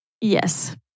Yes